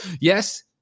Yes